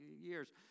years